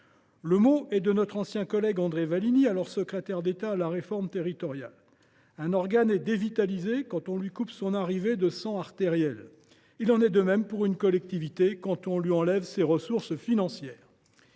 employé par notre ancien collègue André Vallini, alors secrétaire d’État chargé de la réforme territoriale. Un organe est dévitalisé quand on lui coupe son arrivée de sang artériel. Il en est de même pour une collectivité, quand on lui enlève ses ressources financières.